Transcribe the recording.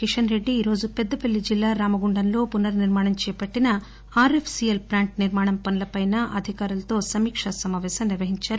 కిషన్ రెడ్డి ఈరోజు పెద్దపల్లి జిల్లా రామగుండం లో పునర్ నిర్మాణం చేపట్టిన R F C L plant నిర్మాణ పనులపై అధికారులతో సమీక్ష సమాపేశం నిర్వహించారు